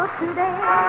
today